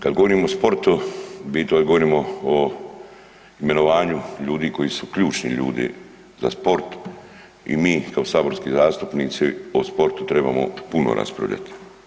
Kad govorimo o sportu bitno je da govorimo o imenovanju ljudi koji su ključni ljudi za sport i mi kao saborski zastupnici o sportu trebamo puno raspravljati.